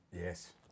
Yes